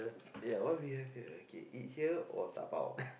yeah what we have here okay eat here or dabao